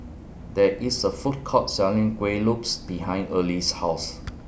There IS A Food Court Selling Kueh Lopes behind Early's House